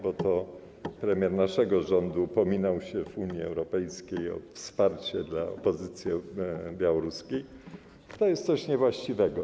bo to premier naszego rządu upominał się w Unii Europejskiej o wsparcie dla opozycji białoruskiej, to jest coś niewłaściwego.